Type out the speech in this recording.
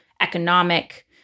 economic